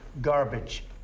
garbage